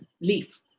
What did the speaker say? leaf